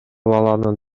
баланын